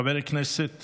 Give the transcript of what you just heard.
חבר הכנסת